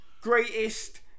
greatest